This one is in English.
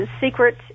secret